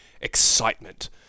excitement